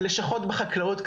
הלשכות בחקלאות,